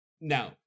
no